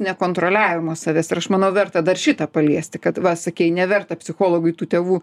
nekontroliavimo savęs ir aš manau verta dar šitą paliesti kad va sakei neverta psichologui tų tėvų